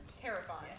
Terrifying